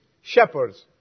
shepherds